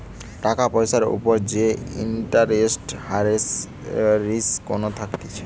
টাকার পয়সার উপর যে ইন্টারেস্ট হারের রিস্ক কোনো থাকতিছে